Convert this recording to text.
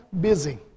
busy